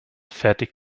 fertig